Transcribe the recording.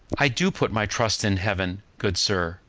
i do put my trust in heaven, good sir,